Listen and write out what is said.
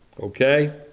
okay